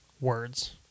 words